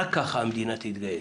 רק ככה המדינה תתגייס.